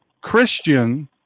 Christian